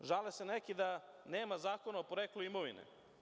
Naravno, žale se neki da nema zakona o poreklu imovine.